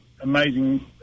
amazing